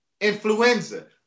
influenza